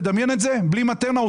תדמיין את זה שהוא נשאר בלי מטרנה והוא